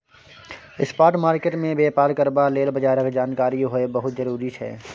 spot market मे बेपार करबा लेल बजारक जानकारी होएब बहुत जरूरी छै